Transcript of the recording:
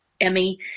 Emmy